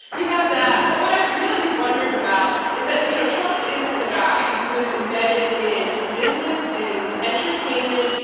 you have that. but what i've really wondered about is that, you know, trump is a guy who is embedded in business, in entertainment,